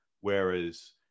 whereas